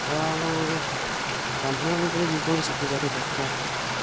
ତ ଆମ ବ୍ରାହ୍ମଣମାନଙ୍କୁ ଯେ କୌଣସି ପୂଜାରେ ଡ଼ାକିବା